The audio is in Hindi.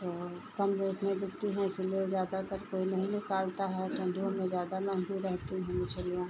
तो कम रेट में बिकती हैं इसीलिए ज़्यादातर कोई नहीं निकालता है ठण्डियों में ज़्यादा महँगी रहती हैं मछलियाँ